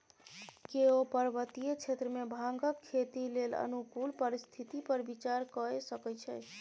केओ पर्वतीय क्षेत्र मे भांगक खेती लेल अनुकूल परिस्थिति पर विचार कए सकै छै